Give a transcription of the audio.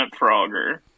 Frogger